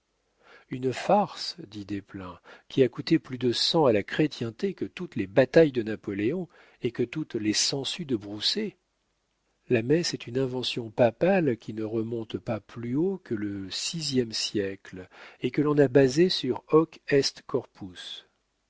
une farce dit desplein qui a coûté plus de sang à la chrétienté que toutes les batailles de napoléon et que toutes les sangsues de broussais la messe est une invention papale qui ne remonte pas plus haut que le vie siècle et que l'on a basée sur